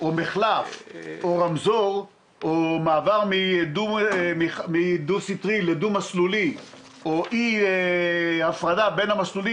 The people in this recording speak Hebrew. מחלף או רמזור או מעבר מדו-סטרי לדו-מסלולי או הפרדה בין המסלולים.